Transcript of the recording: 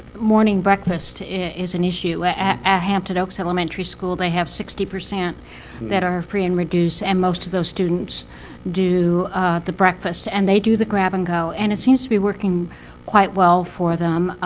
morning breakfast is an issue. at hampton oaks elementary school, they have sixty percent that are free and reduced. and most of those students do the breakfast. and they do the grab and go. and it seems to be working quite well for them.